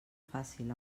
fàcil